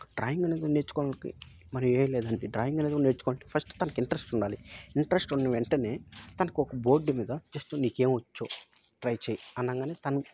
drawing అనేది నేర్చుకోవడానికి మరి ఏమి లేదండి డ్రాయింగ్ అనేది నేర్చుకోవడానికి ఫస్ట్ తనకి ఇంటరెస్ట్ ఉండాలి ఇంటరెస్ట్ ఉన్న వెంటనే తనకు ఒక బోర్డు మీద జస్ట్ నీకు ఏమి వచ్చో ట్రై చేయి అనగానే తను